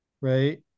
right